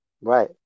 Right